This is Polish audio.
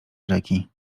rzeki